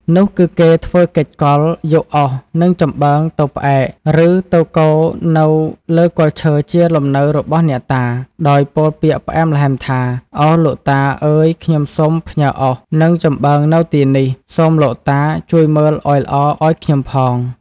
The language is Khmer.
នោះគឺគេធ្វើកិច្ចកលយកអុស និង ចំបើងទៅផ្អែក ឬទៅគរនៅលើគល់ឈើជាលំនៅរបស់អ្នកតា ដោយពោលពាក្យផ្អែមល្ហែមថា ឱ! លោកតា អើយខ្ញុំសូមផ្ញើអុស និង ចំបើងនៅទីនេះ សូមលោកតា ជួយមើលឱ្យល្អឱ្យខ្ញុំផង។